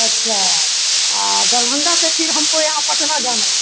अच्छा दरभंगा से फिर हमको यहाँ पटना जाना है